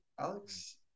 Alex